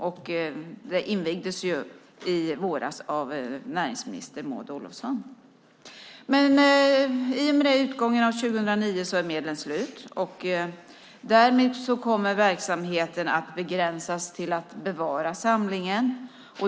Detta invigdes i våras av näringsminister Maud Olofsson. Men i och med utgången av 2009 är medlen slut, och därmed kommer verksamheten att begränsas till att bevara samlingen.